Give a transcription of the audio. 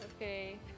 okay